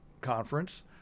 Conference